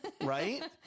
right